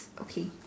okay